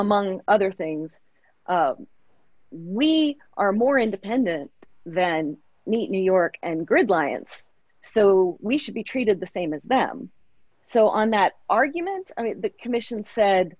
among other things we are more independent than new york and good lions so we should be treated the same as them so on that argument i mean the commission said